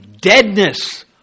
deadness